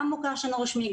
גם מוכר שאינו רשמי,